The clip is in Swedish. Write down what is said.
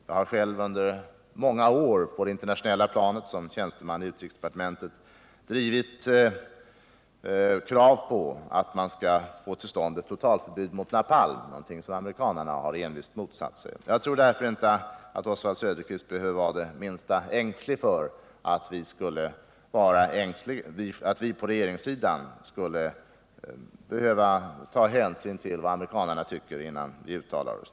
Jag har själv under många år som tjänsteman i utrikesdepartementet på det internationella planet drivit krav på att man skall få till stånd ett totalförbud mot napalm, någonting som amerikanerna envist har motsatt sig. Jag tror därför inte att Oswald Söderqvist behöver vara det minsta ängslig för att vi på regeringssidan skulle behöva ta hänsyn till vad amerikanerna tycker innan vi uttalar oss.